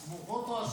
הסמוכות או הסובלות?